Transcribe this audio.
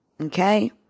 Okay